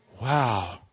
Wow